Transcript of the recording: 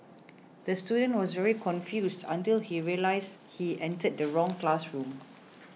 the student was very confused until he realised he entered the wrong classroom